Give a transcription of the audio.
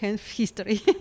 history